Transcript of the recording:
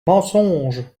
mensonge